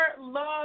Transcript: love